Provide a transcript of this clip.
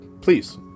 please